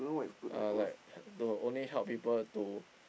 uh like the only help people to